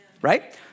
right